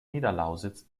niederlausitz